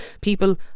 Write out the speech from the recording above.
People